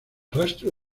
rastro